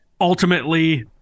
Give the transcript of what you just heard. ultimately